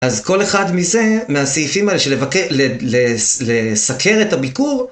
אז כל אחד מזה, מהסעיפים האלה של לסקר את הביקור.